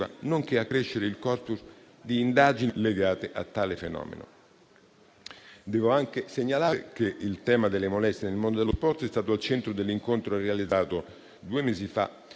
nonché ad accrescere il *corpus* di indagini legate a tale fenomeno. Devo anche segnalare che il tema delle molestie nel mondo dello sport è stato al centro dell'incontro realizzato due mesi fa